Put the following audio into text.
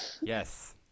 Yes